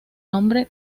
nombre